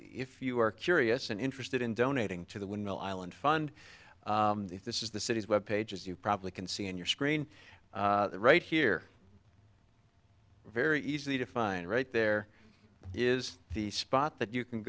if you are curious and interested in donating to the windmill island fund if this is the city's web page as you probably can see in your screen right here very easy to find right there is the spot that you can